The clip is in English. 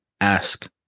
ask